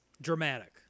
Dramatic